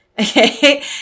Okay